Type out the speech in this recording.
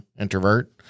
introvert